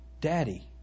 Daddy